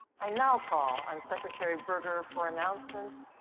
i now call on secretary boerger for announcements.